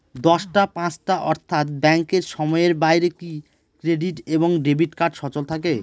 দশটা পাঁচটা অর্থ্যাত ব্যাংকের সময়ের বাইরে কি ক্রেডিট এবং ডেবিট কার্ড সচল থাকে?